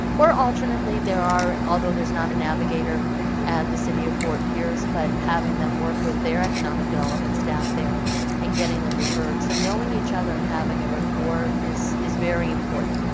or alternately, there are, although there's not a navigator at the city of fort pierce, but having them work with their economic development staff there and getting them referred. so knowing each other and having a rapport is, is very important